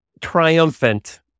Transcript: triumphant